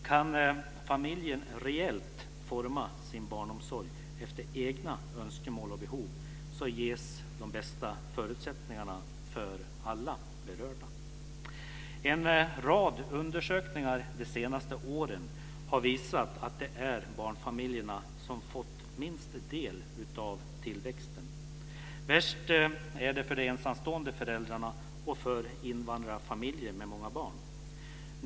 Kan familjen reellt forma sin barnomsorg efter egna önskemål och behov ges de bästa förutsättningar för alla berörda. En rad undersökningar under de senaste åren har visat att det är barnfamiljerna som fått minst del av tillväxten. Värst är det för ensamstående föräldrar och för invandrarfamiljer med många barn.